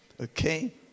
Okay